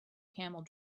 camel